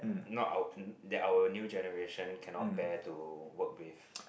not our that our new generation cannot bear to work with